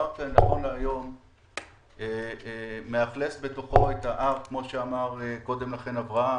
הפארק נכון להיום מאכלס בתוכו את ההר כמו שאמר קודם לכן אברהם